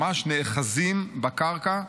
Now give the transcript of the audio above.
ממש נאחזים בקרקע.